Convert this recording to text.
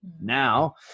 Now